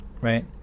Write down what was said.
right